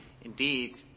indeed